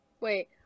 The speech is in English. wait